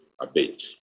abate